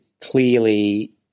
clearly